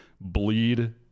Bleed